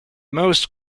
most